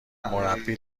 مربی